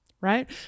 right